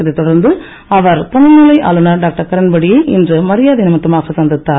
இதை தொடர்ந்து அவர் துணைநிலை ஆளுநர் டாக்டர் கிரண்பேடியை இன்று மரியாதை நிமித்தமாக சந்தித்தார்